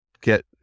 get